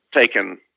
taken